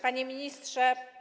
Panie Ministrze!